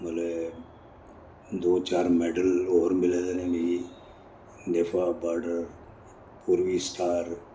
मतलब दो चार मेडल होर मिले दे नै मिगी पूर्वी स्टार